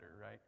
right